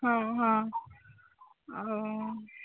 ହଁ ହଁ